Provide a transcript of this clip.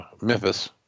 Memphis